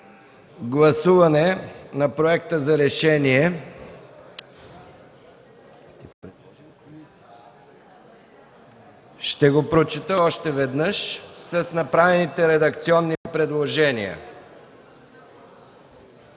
гласуване на Проекта за решение. Ще го прочета още веднъж с направените редакционни предложения.